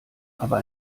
aber